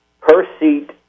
per-seat